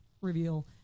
reveal